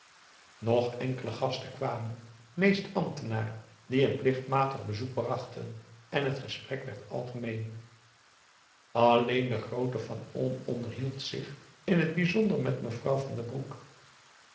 nog enkele gasten kwamen meest ambtenaren die een plichtmatig bezoek brachten en het gesprek werd algemeen alleen de groote van olm onderhield zich in het bijzonder met mevrouw van den broek